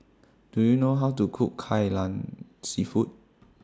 Do YOU know How to Cook Kai Lan Seafood